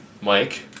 Mike